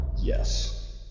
Yes